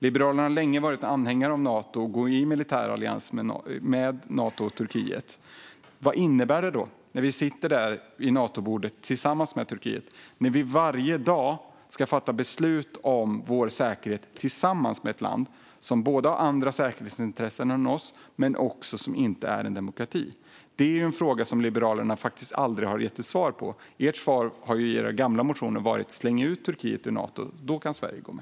Liberalerna har länge varit anhängare av Nato och att Sverige ska gå in i militäralliansen Nato med Turkiet. Vad innebär det då när vi sitter där vid Natobordet tillsammans med Turkiet och när vi varje dag ska fatta beslut om vår säkerhet tillsammans med ett land som både har andra säkerhetsintressen än vad vi har och som inte är en demokrati? Det är en fråga som Liberalerna faktiskt aldrig har gett ett svar på. Ert svar i era gamla motioner varit: Släng ut Turkiet ur Nato. Då kan Sverige gå med.